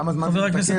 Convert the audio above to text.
כמה זמן זה מתעכב.